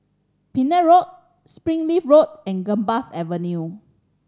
Pender Road Springleaf Road and Gambas Avenue